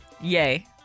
Yay